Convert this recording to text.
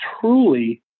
truly